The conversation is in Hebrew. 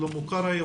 שלמה קרעי,